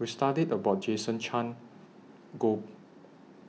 We studied about Jason Chan Goh